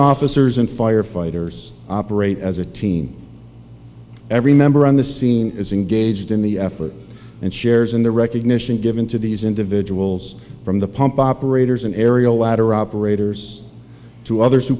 officers and firefighters operate as a teen every member on the scene is engaged in the effort and shares and the recognition given to these individuals from the pump operators an aerial ladder operators to others who